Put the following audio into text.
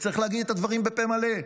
וצריך להגיד את הדברים בפה מלא,